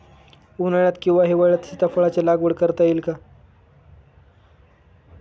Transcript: उन्हाळ्यात किंवा हिवाळ्यात सीताफळाच्या लागवड करता येईल का?